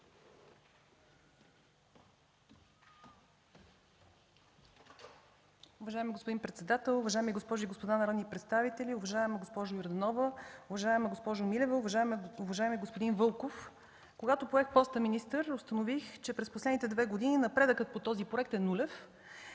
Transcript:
Уважаеми господин председател, уважаеми госпожи и господа народни представители, уважаема госпожо Йорданова, уважаема госпожо Милева, уважаеми господин Вълков! Когато поех поста министър, установих, че през последните две години напредъкът по този проект е нулев